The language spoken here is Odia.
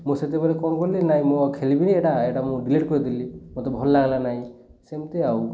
ମୁଁ ସେତେବେଳେ କ'ଣ କଲି ନାଇଁ ମୁଁ ଆଉ ଖେଳିବିନି ଏଇଟା ଏଇଟା ମୁଁ ଡିଲିଟ୍ କରିଦେଲି ମୋତେ ଆଉ ଭଲ୍ ଲାଗିଲା ନି ସେମିତି ଆଉ